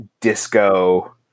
disco